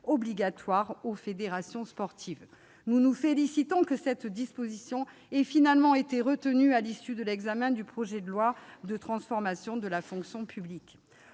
obligatoire aux fédérations sportives. Nous nous félicitons que cette disposition ait finalement été retenue à l'issue de l'examen du projet loi de transformation de la fonction publique.